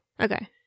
Okay